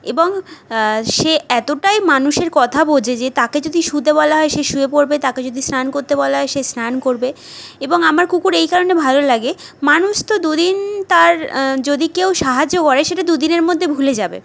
এবং সে এতোটাই মানুষের কথা বোঝে যে তাকে যদি শুতে বলা হয় সে শুয়ে পড়বে তাকে যদি স্নান করতে বলা হয় সে স্নান করবে এবং আমার কুকুর এই কারণে ভালো লাগে মানুষ তো দু দিন তার যদি কেউ সাহায্য করে সেটা দু দিনের মধ্যে ভুলে যাবে